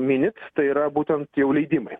minit tai yra būtent jau leidimai